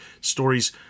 stories